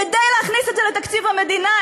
כדי להכניס את זה לתקציב המדינה,